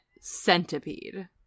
Centipede